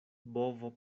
bovo